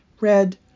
red